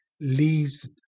leads